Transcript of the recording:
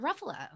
Ruffalo